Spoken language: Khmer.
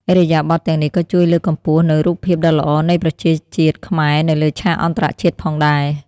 ឥរិយាបថទាំងនេះក៏ជួយលើកកម្ពស់នូវរូបភាពដ៏ល្អនៃប្រជាជាតិខ្មែរនៅលើឆាកអន្តរជាតិផងដែរ។